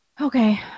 Okay